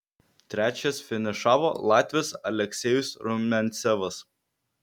trečias finišavo latvis aleksejus rumiancevas